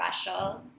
special